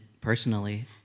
personally